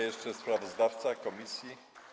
Jeszcze sprawozdawca komisji.